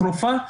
תרופה.